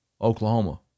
Oklahoma